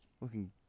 Looking